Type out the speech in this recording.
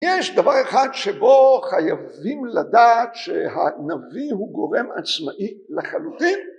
יש דבר אחד שבו חייבים לדעת שהנביא הוא גורם עצמאי לחלוטין,